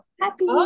happy